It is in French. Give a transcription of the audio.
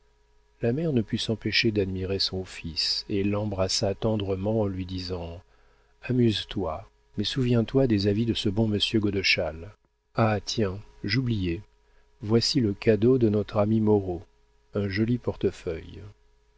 la mère ne put s'empêcher d'admirer son fils et l'embrassa tendrement en lui disant amuse-toi mais souviens-toi des avis de ce bon monsieur godeschal ah tiens j'oubliais voici le cadeau de notre ami moreau un joli portefeuille